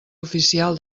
oficial